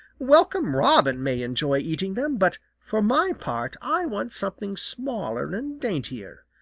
welcome robin may enjoy eating them, but for my part i want something smaller and daintier,